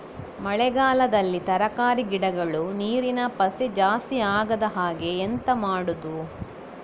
ಮಳೆಗಾಲದಲ್ಲಿ ತರಕಾರಿ ಗಿಡಗಳು ನೀರಿನ ಪಸೆ ಜಾಸ್ತಿ ಆಗದಹಾಗೆ ಎಂತ ಮಾಡುದು?